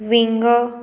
winger